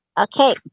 Okay